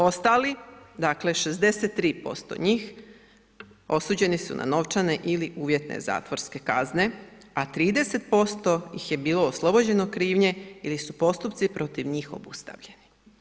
Ostali, dakle 63% njih osuđeni su na novčane ili uvjetne zatvorske kazne, a 30% ih je bilo oslobođeno krivnje ili su postupci protiv njih obustavljeni.